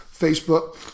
Facebook